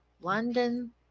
London